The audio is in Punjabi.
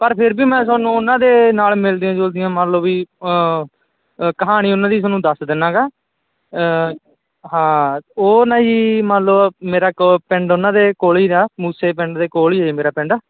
ਪਰ ਫਿਰ ਵੀ ਮੈਂ ਤੁਹਾਨੂੰ ਉਹਨਾਂ ਦੇ ਨਾਲ ਮਿਲਦੀਆਂ ਜੁਲਦੀਆਂ ਮੰਨ ਲਓ ਵੀ ਕਹਾਣੀ ਉਹਨਾਂ ਦੀ ਤੁਹਾਨੂੰ ਦੱਸ ਦਿੰਦਾ ਗਾ ਹਾਂ ਉਹ ਨਾ ਜੀ ਮੰਨ ਲਓ ਮੇਰਾ ਕਲੋਜ ਫਰੈਂਡ ਉਹਨਾਂ ਦੇ ਕੋਲ ਹੀ ਰਿਹਾ ਮੂਸੇ ਪਿੰਡ ਦੇ ਕੋਲ ਹੀ ਸੀ ਮੇਰਾ ਪਿੰਡ